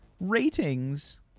ratings